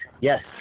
yes